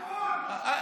איך?